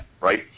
right